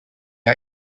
are